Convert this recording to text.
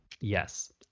Yes